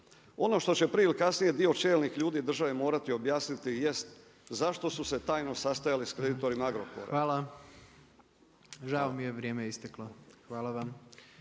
Ono što će prije ili kasnije dio čelnih ljudi države morati objasniti jest zašto su se tajno sastajali sa kreditorima Agrokora. … /Upadica Jandroković: Hvala./